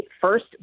first